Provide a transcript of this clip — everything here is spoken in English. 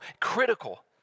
critical